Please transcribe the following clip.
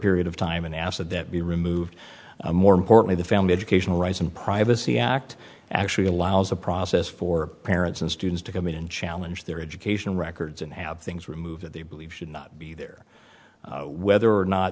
period of time an asset that be removed and more importantly the family educational rights and privacy act actually allows a process for parents and students to come in and challenge their educational records and have things removed that they believe should not be there whether or